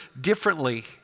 differently